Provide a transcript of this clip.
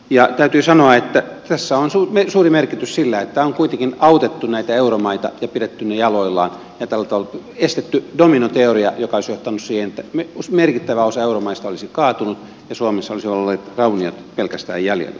ja täytyy sanoa että tässä on suuri merkitys sillä että on kuitenkin autettu näitä euromaita ja pidetty ne jaloillaan ja tällä tavalla estetty dominoteoria joka olisi johtanut siihen että merkittävä osa euromaista olisi kaatunut ja suomessa olisi ollut rauniot pelkästään jäljellä